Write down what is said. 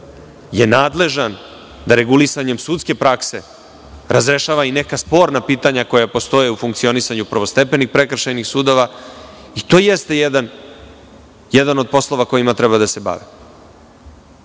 je nadležan da regulisanjem sudske prakse razrešava i neka sporna pitanja koja postoje u funkcionisanju prvostepenih prekršajnih sudova i to jeste jedan od poslova kojima treba da se bavi. Da